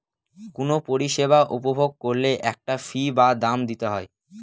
কোনো পরিষেবা উপভোগ করলে একটা ফী বা দাম দিতে হয়